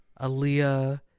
Aaliyah